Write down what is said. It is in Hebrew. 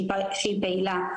שהיא פעילה,